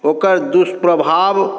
ओकर दुष्प्रभाव